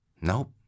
Nope